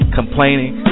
complaining